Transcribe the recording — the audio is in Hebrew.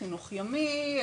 חינוך ימי,